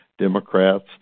Democrats